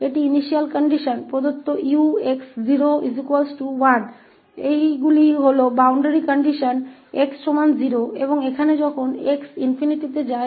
यह 𝑥 0 1 दी गई प्रारंभिक स्थिति है और ये x के बराबर 0 पर और यहां पर जब x ∞ पर जाता है तो ये बाउंड्री कंडीशन हैं